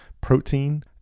protein